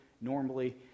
normally